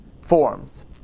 forms